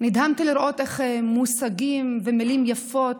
נדהמתי לראות איך מושגים ומילים יפות,